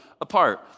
apart